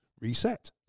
reset